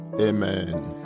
amen